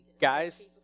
guys